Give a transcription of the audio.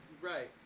Right